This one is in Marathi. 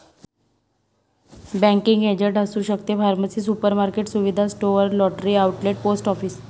बँकिंग एजंट असू शकते फार्मसी सुपरमार्केट सुविधा store lottery outlet post office